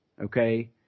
Okay